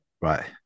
Right